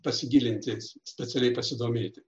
pasigilinti specialiai pasidomėti